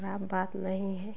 ख़राब बात नहीं है